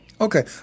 Okay